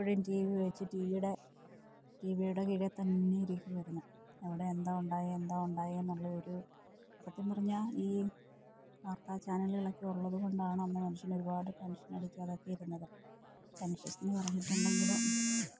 എപ്പഴും T V വച്ച് ടി വിയുടെ കീഴെത്തന്നെ ഇരിക്കുകയായിരുന്നു അവടെയെന്താ ഉണ്ടായത് എന്താണ് ഉണ്ടായേന്നുള്ളേയൊരു സത്യം പറഞ്ഞാല് ഈ വാർത്താ ചാനലുകളൊക്കെ ഉള്ളതുകൊണ്ടാണ് അന്ന് മനുഷ്യനൊരുപാട് ടെൻഷനടിക്കാതൊക്കെയിരുന്നത് ടെൻഷൻസെന്നു പറഞ്ഞിട്ടുണ്ടെങ്കില്